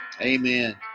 Amen